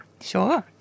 Sure